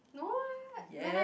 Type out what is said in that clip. no eh when i